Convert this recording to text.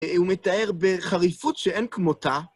הוא מתאר בחריפות שאין כמותה.